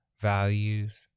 values